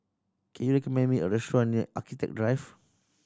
can you recommend me a restaurant near Architecture Drive